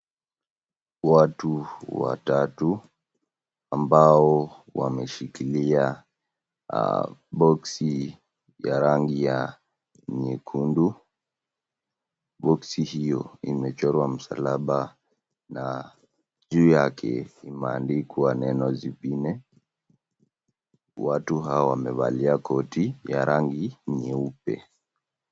Watu watatu ambao wameshikilia boksi ya rangi ya nyekundu. Boksi hio imechorwa msalaba na juu yake imeandikwa neno zingine. Watu hao wamevalia koti ya rangi nyeupe.